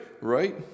right